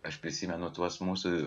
aš prisimenu tuos mūsų